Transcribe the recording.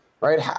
right